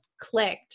clicked